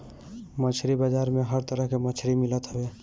मछरी बाजार में हर तरह के मछरी मिलत हवे